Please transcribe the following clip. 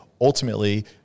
ultimately